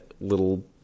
little